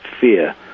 fear